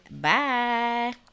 bye